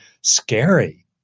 scary